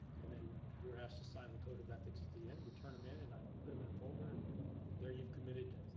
and then, you're asked to sign the code of ethics at the end. you turn em in and i put em in a folder and there you've committed